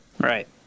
Right